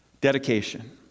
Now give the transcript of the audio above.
Dedication